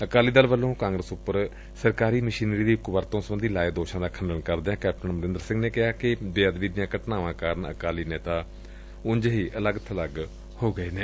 ਅਕਾਲੀ ਦਲ ਵੱਲੋਂ ਕਾਂਗਰਸ ਉਪਰ ਸਰਕਾਰੀ ਮਸੀਨਰੀ ਦੀ ਕੁਵਰਤੋਂ ਸਬੰਧੀ ਲਾਏ ਦੋਸ਼ਾਂ ਦਾ ਖੰਡਨ ਕਰਦਿਆਂ ਕੈਪਟਨ ਅਮਰਿੰਦਰ ਸਿੰਘ ਨੇ ਕਿਹਾ ਕਿ ਬੇਅਦਬੀ ਦੀਆਂ ਘਟਨਾਵਾਂ ਕਾਰਨ ਅਕਾਲੀ ਨੇਤਾ ਅਲੱਗ ਬਲੱਗ ਹੋ ਗਏ ਨੇ